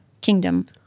kingdom